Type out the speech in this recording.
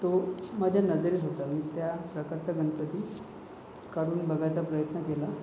तो माझ्या नजरेत होता मी त्या प्रकारचा गणपती काढून बघायचा प्रयत्न केला